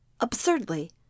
absurdly